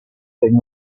been